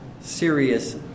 serious